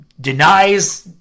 denies